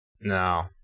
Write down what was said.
No